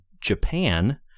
Japan